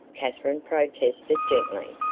katherine protested gently.